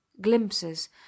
glimpses